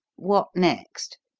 what next?